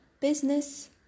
business